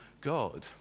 God